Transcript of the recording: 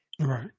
Right